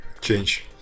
change